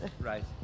Right